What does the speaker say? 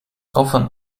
often